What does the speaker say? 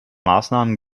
maßnahmen